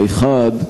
האחד,